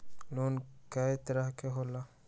Loan कय तरह के होला?